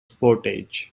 portage